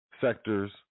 sectors